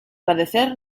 padecer